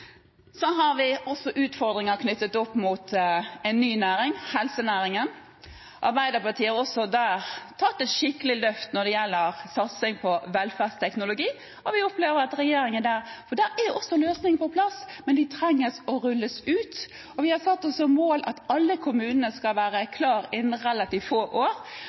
har også utfordringer knyttet til en ny næring, helsenæringen. Arbeiderpartiet har også der tatt et skikkelig løft når det gjelder satsing på velferdsteknologi. Der er løsningen på plass, men den trenger å rulles ut. Vi har satt oss som mål at alle kommunene skal være klare innen relativt få år,